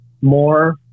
more